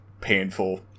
painful